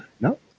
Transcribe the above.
No